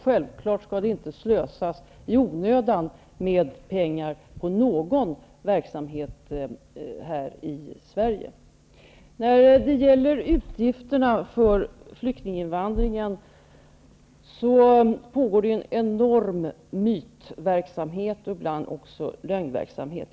Självfallet skall det inte i någon verksamhet här i Sverige slösas i onödan. När det gäller utgifterna för flyktinginvandringen pågår en enorm myt och ibland lögnverksamhet.